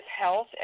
health